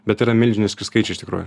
bet yra milžiniški skaičiai iš tikrųjų